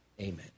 amen